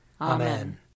Amen